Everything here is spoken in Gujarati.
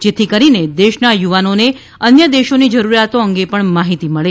જેથી કરીને દેશના યુવાનોને અન્ય દેશોની જરૂરિયાતો અંગે પણ માહિતી મળે